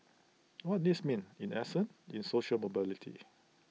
what this means in essence in social mobility